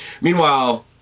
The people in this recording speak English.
Meanwhile